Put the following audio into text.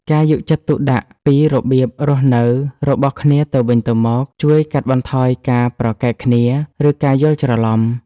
ការយកចិត្តទុកដាក់ពីរបៀបរស់នៅរបស់គ្នាទៅវិញទៅមកជួយកាត់បន្ថយការប្រកែកគ្នា ឬការយល់ច្រឡំ។